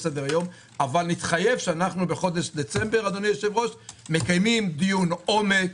סדר-היום אבל נתחייב שבחודש דצמבר אנו מקיימים דיון עומק,